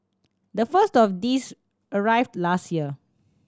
the first of these arrived last year